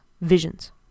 visions